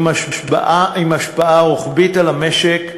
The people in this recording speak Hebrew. עם השפעה רוחבית על המשק,